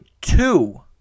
two